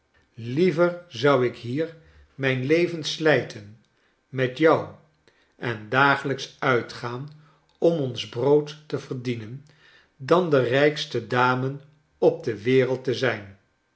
liever zou ik hier mijn leven slijten met jou en dagelijks uitgaan om ons brood te verdienen dan de rijkste dame op de wereld te zijn